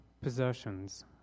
possessions